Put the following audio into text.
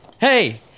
Hey